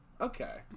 Okay